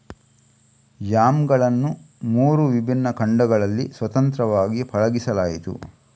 ಯಾಮ್ಗಳನ್ನು ಮೂರು ವಿಭಿನ್ನ ಖಂಡಗಳಲ್ಲಿ ಸ್ವತಂತ್ರವಾಗಿ ಪಳಗಿಸಲಾಯಿತು